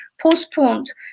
postponed